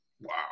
Wow